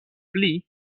pli